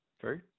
True